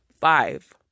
five